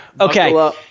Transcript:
okay